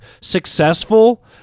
successful